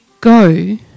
go